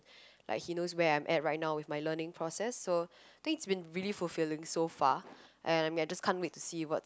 like he knows where I'm at right now with my learning process so thing's been really fulfilling so far and I mean I just can't wait to see what